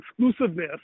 exclusiveness